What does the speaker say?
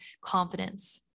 confidence